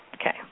Okay